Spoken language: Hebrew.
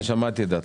שמעתי את דעתכם.